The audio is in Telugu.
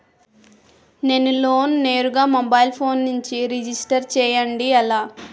నేను లోన్ నేరుగా మొబైల్ ఫోన్ నుంచి రిజిస్టర్ చేయండి ఎలా?